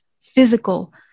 physical